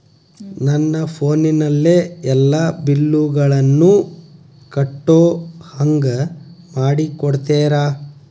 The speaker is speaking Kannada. ನನ್ನ ಫೋನಿನಲ್ಲೇ ಎಲ್ಲಾ ಬಿಲ್ಲುಗಳನ್ನೂ ಕಟ್ಟೋ ಹಂಗ ಮಾಡಿಕೊಡ್ತೇರಾ?